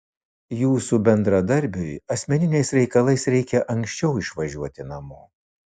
jūsų bendradarbiui asmeniniais reikalais reikia anksčiau išvažiuoti namo